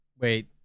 wait